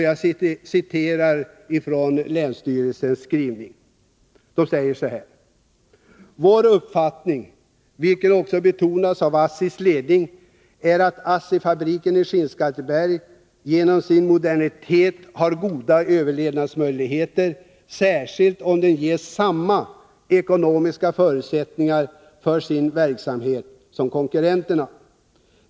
Jag citerar alltså från länsstyrelsens skrivning: ”Vår uppfattning, vilket också betonats från ASSI:s ledning, är att ASSI:s fabrik i Skinnskatteberg genom sin modernitet har goda överlevnadsmöjligheter särskilt om den ges samma ekonomiska förutsättningar för sin verksamhet som konkurrenterna.